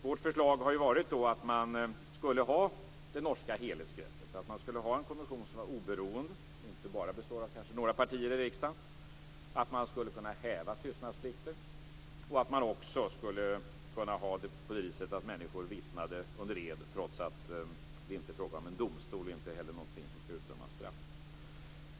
Vårt förslag har varit att man skulle ha det norska helhetsgreppet, att man skulle ha en kommission som är oberoende och som inte bara består av några partier i riksdagen, att man skulle kunna häva tystnadsplikten och att människor skulle kunna vittna under ed, trots att det inte är fråga om någon domstol och inte heller någonting som det skall utdömas straff för.